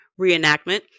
reenactment